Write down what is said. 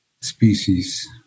species